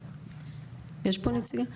יש פה נציגים?